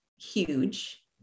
huge